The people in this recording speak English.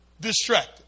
distracted